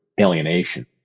alienation